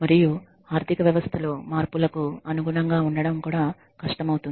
మరియు ఆర్థిక వ్యవస్థలో మార్పులకు అనుగుణంగా ఉండటం కూడా కష్టమవుతుంది